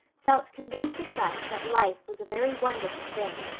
felt convinced afresh that life was a very wonderful thing.